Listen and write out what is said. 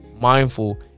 mindful